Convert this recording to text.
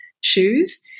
shoes